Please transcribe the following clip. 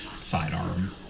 sidearm